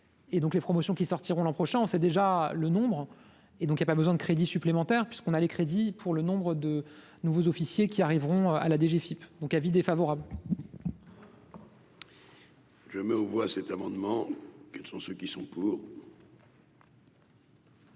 et donc les promotions qui sortiront l'an prochain, on sait déjà le nombre et donc il y a pas besoin de crédits supplémentaires puisqu'on a les crédits pour le nombre de nouveaux officiers qui arriveront à la DGFIP, donc avis défavorable. Je mets aux voix cet amendement, quels sont ceux qui sont pour.